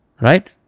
right